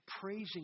praising